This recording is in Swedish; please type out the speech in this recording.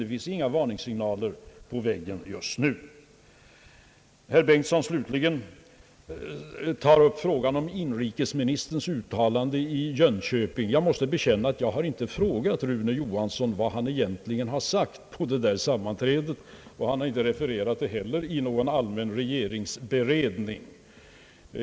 Det finns inga varnande tecken på väggen just nu. Herr Bengtson slutligen tar upp frågan om vad inrikesministern yttrade i Jönköping. Jag måste bekänna att jag inte har frågat Rune Johansson vad han egentligen sade på det där sammanträdet, och han har inte heller refererat det i någon allmän regeringsberedning.